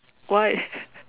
why